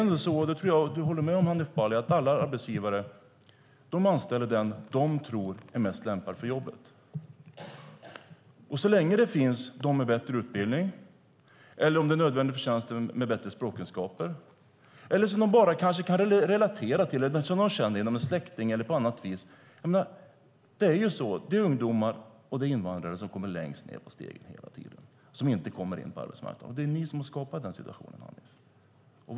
Jag tror att du håller med om att alla arbetsgivare anställer den de tror är mest lämpad för jobbet, Hanif Bali. Så länge det finns de som har bättre utbildning eller bättre språkkunskaper, om det är nödvändigt för tjänsten, eller någon som de kanske bara kan relatera till - som de känner genom en släkting eller på annat vis - väljer arbetsgivarna denne. Det är ungdomar och invandrare som kommer längst ned på stegen hela tiden. Det är de som inte kommer in på arbetsmarknaden. Det är ni som har skapat denna situation, Hanif.